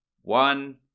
One